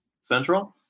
Central